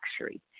luxury